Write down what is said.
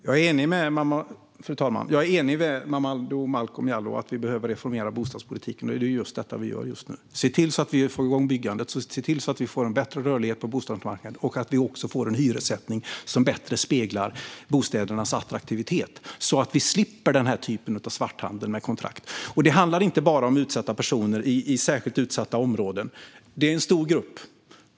Fru talman! Jag är enig med Momodou Malcolm Jallow i fråga om att bostadspolitiken behöver reformeras. Det är just det vi gör nu. Vi ser till att få igång byggandet, vi ser till att få bättre rörlighet på bostadsmarknaden och vi ser till att få en hyressättning som på ett bättre sätt speglar bostädernas attraktivitet för att slippa den här typen av svarthandel med kontrakt. Det handlar inte bara om utsatta personer i särskilt utsatta områden. Det är en stor grupp.